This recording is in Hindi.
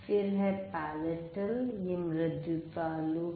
फिर है पेलेटल यह मृदु तालु है